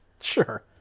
Sure